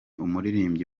umuririmbyi